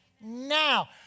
Now